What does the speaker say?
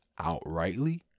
outrightly